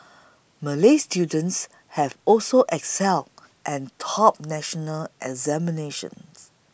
Malay students have also excelled and topped national examinations